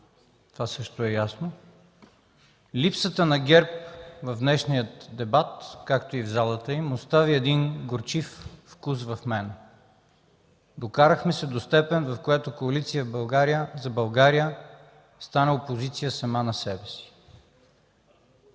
Това също е ясно. Липсата на ГЕРБ в днешния дебат, както и в залата, остави в мен един горчив вкус. Докарахме се до степен, в която Коалиция за България стана опозиция сама на себе си.